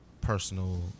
personal